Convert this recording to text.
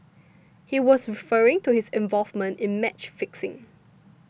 he was referring to his involvement in match fixing